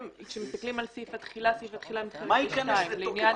לכן השלטון המקומי פה הוא מרכיב מרכזי ואלה שיובילו את הענף